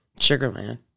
Sugarland